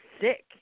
sick